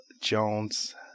Jones